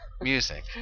music